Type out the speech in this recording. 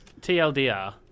TLDR